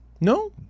No